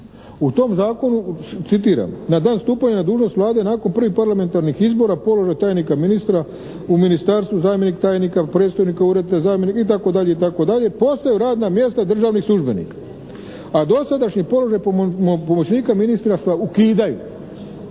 U tom zakonu citiram "… na dan stupanja na dužnost Vlada je nakon prvih parlamentarnih izbora položaj tajnika ministra u ministarstvu, zamjenik tajnika, predstojnika ureda, zamjenika itd., postaju radna mjesta državnih službenika, a dosadašnji položaj pomoćnika ministra se ukidaju."